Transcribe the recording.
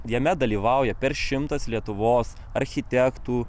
jame dalyvauja per šimtas lietuvos architektų